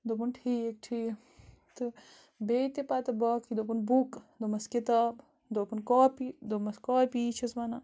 دوٚپُن ٹھیٖک ٹھیٖک تہٕ بیٚیہِ تہِ پَتہٕ باقٕے دوٚپُن بُک دوٚپمَس کِتاب دوٚپُن کاپی دوٚپمَس کاپی یی چھِس وَنان